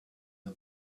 the